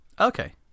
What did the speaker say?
Okay